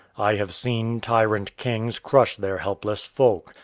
i have seen tyrant kings crush their helpless folk.